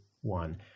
one